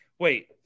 wait